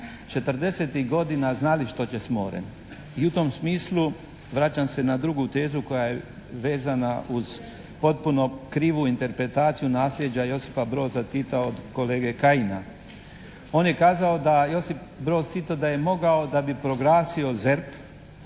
40.-ih godina znali što će s morem. I u tom smislu vraćam se na drugu tezu koja je vezana uz potpuno krivu interpretaciju nasljeđa i Josipa Broza Tita od kolege Kajina. On je kazao da Josip Broz Tito da je mogao da bi proglasio ZERP.